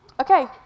Okay